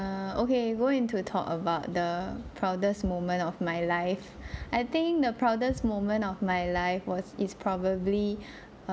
err okay going to talk about the proudest moment of my life I think the proudest moment of my life was is probably